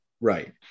Right